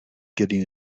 getting